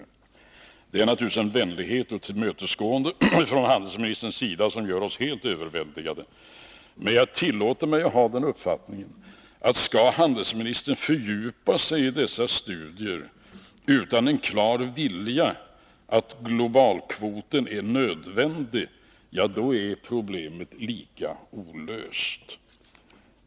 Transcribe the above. Det är naturligtvis en vänlighet och ett tillmötesgående från handelsministern som gör oss helt överväldigade. Men jag tillåter mig hysa den uppfattningen att problemet förblir lika olöst, om handelsministern fördjupar sig i dessa studier utan att klart inse att globalkvoten är nödvändig.